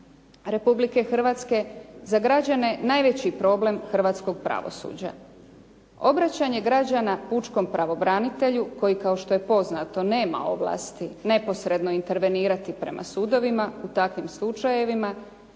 Republike Hrvatske za građane najveći problem hrvatskog pravosuđa. Obraćanje građana pučkom pravobranitelju koji kao što je poznato nema ovlasti neposredno intervenirati prema sudovima u takvim slučajevima.